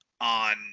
on